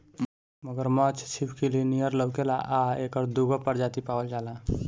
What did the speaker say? मगरमच्छ छिपकली नियर लउकेला आ एकर दूगो प्रजाति पावल जाला